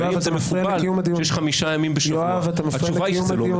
אעביר תשובה בדרך שבה אתם פונים אליי.